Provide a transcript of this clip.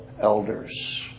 elders